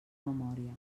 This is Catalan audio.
memòria